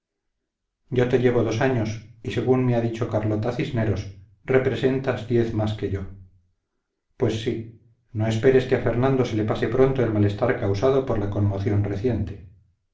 yo te llevo dos años y según me ha dicho carlota cisneros representas diez más que yo pues sí no esperes que a fernando se le pase pronto el malestar causado por la conmoción reciente